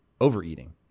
overeating